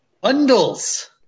Bundles